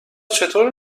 چطور